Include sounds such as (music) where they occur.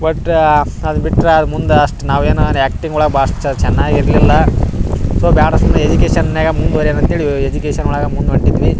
ಒಟ್ಟಾ ಅದು ಬಿಟ್ರ ಅದು ಮುಂದ ಅಷ್ಟು ನಾವೇನು ಒಂದು ಆ್ಯಕ್ಟಿಂಗ್ ಒಳಗೆ (unintelligible) ಚೆನ್ನಾಗಿ ಇರಲಿಲ್ಲ ಸೊ ಬ್ಯಾಡ ಸುಮ್ಮನೆ ಎಜುಕೇಷನ್ನ್ಯಾಗ ಮುಂದ್ವರಿಯಣ ಅಂತೇಳಿ ಎಜುಕೇಷನ್ ಒಳಗೆ ಮುಂದೆ ಹೊಂಟಿದ್ವಿ